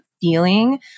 feeling